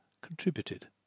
contributed